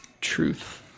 Truth